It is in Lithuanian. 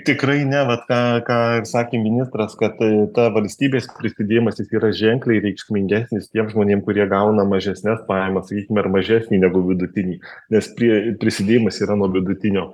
tikrai ne vat ką ką ir sakė ministras kad ta valstybės prisidėjimas jis yra ženkliai reikšmingesnis tiem žmonėm kurie gauna mažesnes pajamas sakykim ar mažesnį negu vidutinį nes prie prisidėjimas yra nuo vidutinio